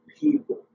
people